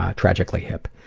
ah tragically hip.